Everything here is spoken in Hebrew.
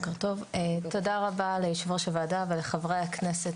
תודה רבה ליושבת-ראש הוועדה ולחברי הכנסת